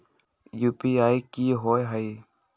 UPI कि होअ हई?